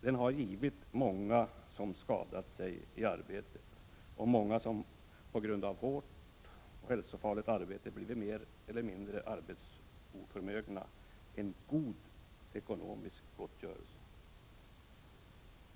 Den har givit många som skadat sig i arbetet och som på grund av hårt och hälsofarligt arbete blivit mer eller mindre arbetsoförmögna en god ekonomisk gottgörelse.